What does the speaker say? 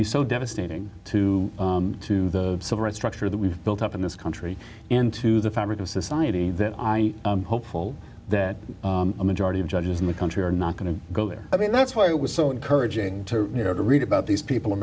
be so devastating to the civil rights structure that we've built up in this country into the fabric of society that hopeful that a majority of judges in the country are not going to go there i mean that's why it was so encouraging to you know to read about these people in